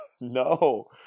No